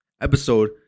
episode